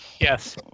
Yes